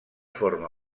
forma